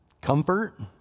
Comfort